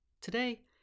Today